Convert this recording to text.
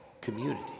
community